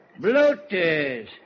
Bloaters